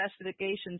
investigations